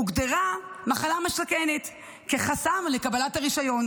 הוגדרה מחלה מסכנת כחסם לקבלת הרישיון.